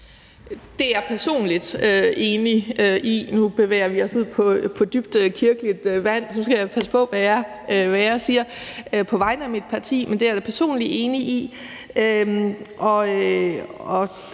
Det er jeg personligt enig i. Nu bevæger vi os ud på dybt kirkeligt vand, og jeg skal passe på, hvad jeg siger på vegne af mit eget parti. I forhold til